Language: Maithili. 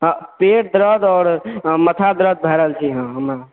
पेट दरद और मथा दरद भए रहल छै हमरा